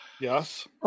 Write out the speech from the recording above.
Yes